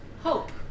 Hope